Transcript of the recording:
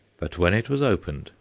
but when it was opened,